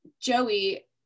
joey